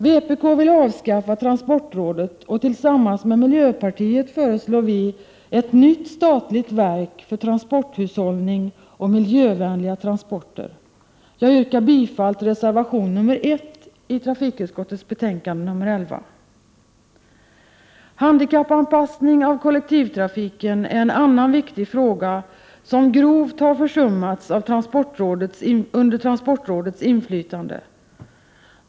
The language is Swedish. Vpk vill avskaffa transportrådet, och tillsammans med miljöpartiet föreslår vi ett nytt statligt verk för transporthushållning och miljövänliga transporter. Jag yrkar bifall till reservation nr 1 till trafikutskottets betänkande nr 11. Handikappanpassning av kollektivtrafiken är en annan viktig fråga som grovt har försummats under transportrådets inflytande.